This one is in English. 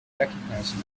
recognizing